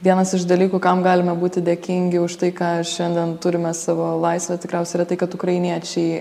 vienas iš dalykų kam galime būti dėkingi už tai ką šiandien turime savo laisvę tikriausiai yra tai kad ukrainiečiai